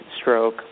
stroke